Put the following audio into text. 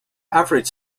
average